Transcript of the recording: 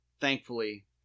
thankfully